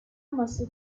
mussel